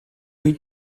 wyt